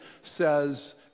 says